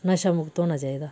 नशा मुक्त होना चाहिदा